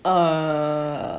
err